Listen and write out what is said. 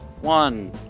One